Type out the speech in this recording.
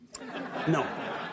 No